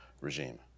regime